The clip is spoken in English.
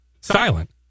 silent